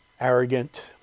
arrogant